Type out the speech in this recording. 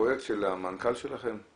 פרויקט של המנכ"ל שלכם?